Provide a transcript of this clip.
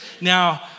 Now